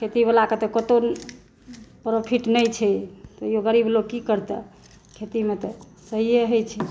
खेती वला के तऽ कतौ प्रॉफिट नहि छै तैयो गरीब लोक की करतै खेती मे तऽ सहिए होई छै